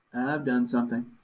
i've done something.